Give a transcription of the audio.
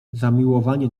zamiłowanie